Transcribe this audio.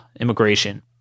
immigration